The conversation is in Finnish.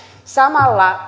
samalla